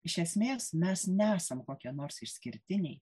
iš esmės mes nesam kokie nors išskirtiniai